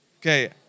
Okay